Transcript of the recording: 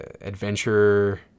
Adventure